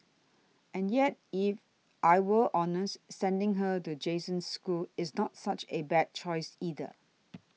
and yet if I were honest sending her to Jason's school is not such a bad choice either